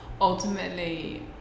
ultimately